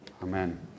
Amen